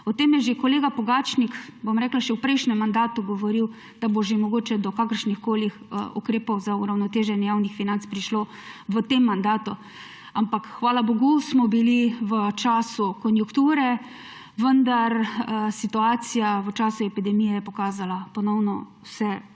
O tem je kolega Pogačnik že v prejšnjem mandatu govoril, da bo že mogoče do kakršnihkoli ukrepov za uravnoteženje javnih financ prišlo v tem mandatu, ampak, hvala bogu, smo bili v času konjunkture, vendar je situacija v časi epidemije pokazala ponovno vse